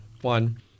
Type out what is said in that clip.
One